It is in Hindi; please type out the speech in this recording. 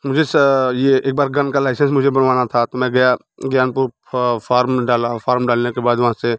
मुझे ये एक बार गन का लाइसेंस मुझे बनवाना था तो मैं गया ज्ञानपुर फार्म डाला और फार्म डालने के बाद वहाँ से